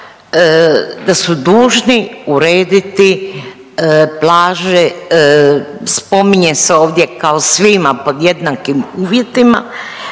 da su dužni urediti blaže, spominje se ovdje kao svima pod jednakim uvjetima.